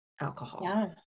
alcohol